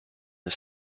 the